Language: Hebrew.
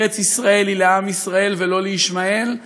ארץ-ישראל היא לעם ישראל ולא לישמעאל,